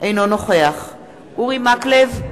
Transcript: אינו נוכח אורי מקלב,